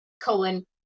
Colon